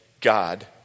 God